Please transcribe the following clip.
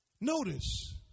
notice